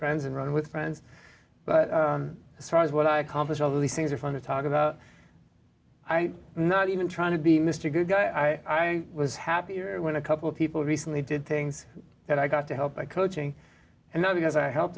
friends and run with friends but as far as what i accomplish all these things are fun to talk about i not even trying to be mr good guy i was happy when a couple of people recently did things that i got to help my coaching and not because i help